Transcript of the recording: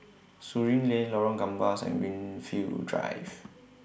Surin Lane Lorong Gambas and Greenfield Drive